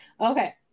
Okay